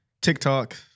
TikTok